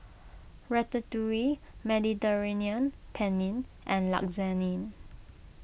Ratatouille Mediterranean Penne and Lasagne